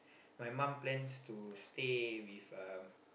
my mum plans to stay with uh